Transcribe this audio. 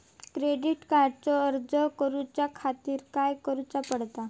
Credit कार्डचो अर्ज करुच्या खातीर काय करूचा पडता?